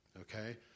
okay